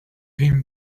him